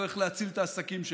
לא איך להציל את העסקים שלהם.